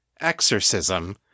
Exorcism